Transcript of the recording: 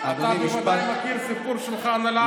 אתה בוודאי מכיר את הסיפור של ח'אן אל-אחמר.